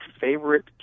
favorite